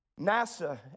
NASA